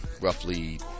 roughly